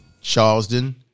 Charleston